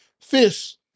fish